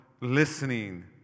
listening